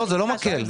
זה לא מקל.